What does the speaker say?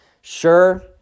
Sure